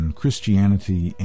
christianity